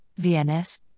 VNS